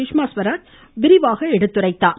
சுஷ்மா சுவராஜ் விரிவாக எடுத்துரைத்தார்